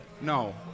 no